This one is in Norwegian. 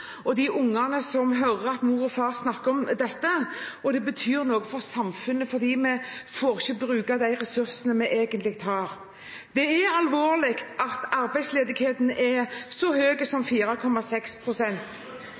og for de ungene som hører at mor og far snakker om dette, og det betyr noe for samfunnet, fordi vi ikke får bruke de ressursene vi egentlig har. Det er alvorlig at arbeidsledigheten er så høy som